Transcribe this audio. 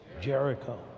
Jericho